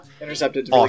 intercepted